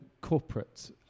corporate